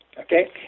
okay